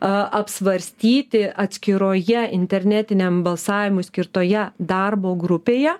apsvarstyti atskiroje internetiniam balsavimui skirtoje darbo grupėje